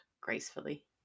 gracefully